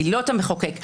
מילות המחוקק,